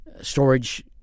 storage